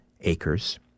acres